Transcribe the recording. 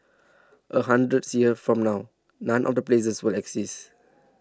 a hundreds years from now none of the places will exist